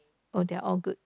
or their all good